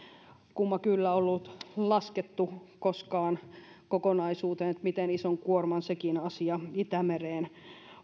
kumma kyllä ollut laskettu koskaan kokonaisuuteen siinä miten ison kuorman sekin asia itämereen